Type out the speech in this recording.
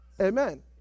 Amen